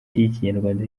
ry’ikinyarwanda